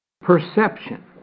perception